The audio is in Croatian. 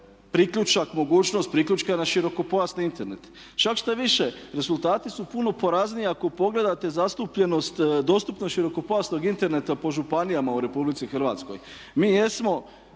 priključak, mogućnost priključka na širokopojasni Internet. Čak štoviše, rezultati su puno porazniji ako pogledate zastupljenost dostupnosti širokopojasnog interneta po županijama u Republici Hrvatskoj. Mi jesmo